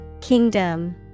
Kingdom